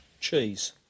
Cheese